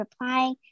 replying